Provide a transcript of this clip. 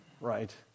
right